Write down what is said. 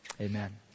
amen